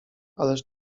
ależ